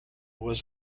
was